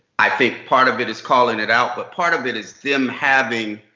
i think part of it is calling it out. but part of it is them having